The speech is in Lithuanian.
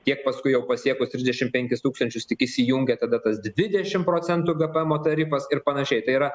tiek paskui jau pasiekus trisdešimt penkis tūkstančius tik įsijungia tada tas dvidešimt procentų gpm tarifas ir panašiai tai yra